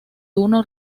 uno